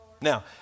Now